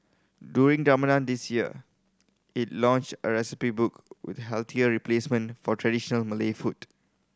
during Ramadan this year it launched a recipe book with healthier replacement for traditional Malay food